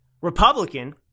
Republican